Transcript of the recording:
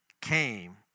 came